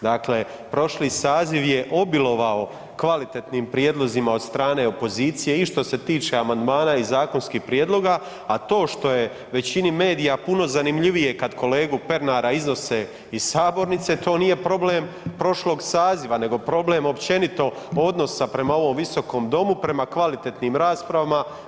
Dakle, prošli saziv je obilovao kvalitetnim prijedlozima od strane opozicije i što se tiče amandmana i zakonskih prijedloga, a to što je većini medija puno zanimljivije kad kolegu Pernara iznose iz sabornice to nije problem prošlog saziva nego problem općenito odnosa prema ovom visokom domu, prema kvalitetnim raspravama.